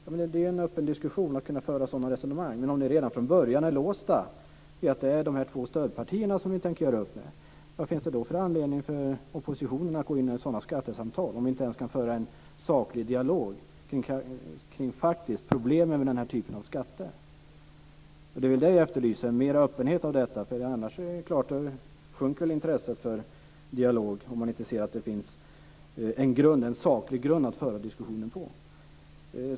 Man måste kunna ha en öppen diskussion och föra sådana resonemang. Men om ni redan från början är låsta till att göra upp med de två stödpartierna och vi inte ens kan föra en saklig dialog om problemen med den här typen av skatter, vad finns det då för anledning för oppositionen att gå in i skattesamtal? Vad jag efterlyser är mer öppenhet om detta, för det är klart att intresset för en dialog sjunker ju om man inte ser att det finns en saklig grund att föra den på.